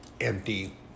empty